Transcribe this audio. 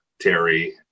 Terry